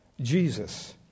Jesus